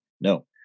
No